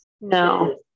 no